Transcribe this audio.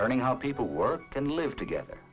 learning how people work and live together